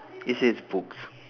it says books